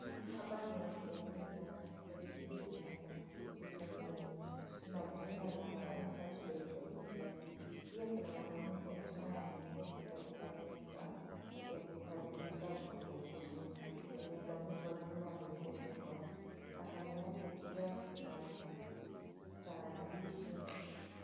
Hapa ni hospitalini na hospitali hii ni ya kutibu meno kuna jina la Fine Touch Dental Care pia kuna mwanamke ameketi katika meza ya kuwakaribisha wahudumu imebandikwa jina Reception na kando yake pia kuna kitarakilishi.